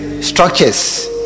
structures